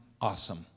awesome